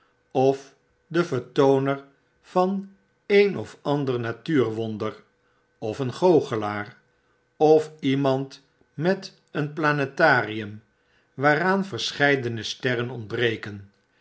of de vertooner van een of ander natuurwonder of een goochelaar of iemand met een planetarium waaraan verscheidene sterren ontbreken